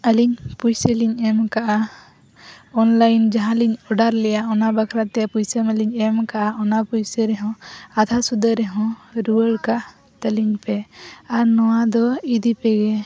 ᱟᱞᱤᱧ ᱯᱚᱭᱥᱟᱞᱤᱧ ᱮᱢ ᱟᱠᱟᱫᱼᱟ ᱚᱱᱞᱟᱭᱤᱱ ᱡᱟᱦᱟᱸᱞᱤᱧ ᱚᱰᱟᱨ ᱞᱮᱫᱼᱟ ᱚᱱᱟ ᱵᱟᱠᱷᱨᱟ ᱛᱮ ᱯᱚᱭᱥᱟ ᱢᱟᱞᱤᱧ ᱮᱢ ᱟᱠᱟᱫᱼᱟ ᱚᱱᱟ ᱯᱚᱭᱥ ᱨᱮᱦᱚᱸ ᱟᱫᱷᱟ ᱥᱩᱫᱷᱟᱹ ᱨᱮᱦᱚᱸ ᱨᱩᱣᱟᱹᱲ ᱠᱟᱜ ᱛᱟᱞᱤᱧᱯᱮ ᱟᱨ ᱱᱚᱣᱟ ᱫᱚ ᱤᱫᱤᱯᱮᱜᱮ